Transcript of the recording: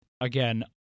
again